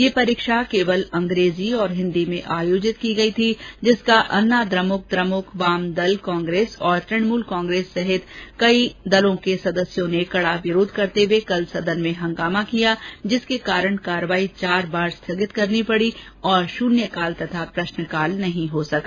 यह परीक्षा केवल अंग्रेजी और हिन्दी में आयोजित की गयी थी जिसका अन्नाद्रमुक द्रमुक वामपदल कांग्रेस और तृणमूल कांग्रेस आदि दलों के सदस्यों ने कड़ा विरोध करते हुए कल सदन में हंगामा किया जिसके कारण कार्रवाई चार बार स्थगित करनी पड़ी और शून्यकाल तथा प्रश्नकाल नहीं हो सका